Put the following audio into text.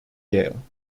gael